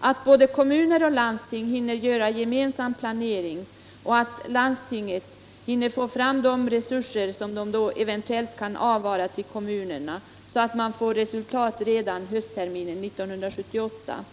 att kommuner och landsting hinner med en gemensam planering, att landstingen hinner få fram de resurser som de eventuellt kan avvara till kommunerna och att man får resultat redan till höstterminen 1978.